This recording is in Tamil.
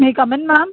May come in ma'am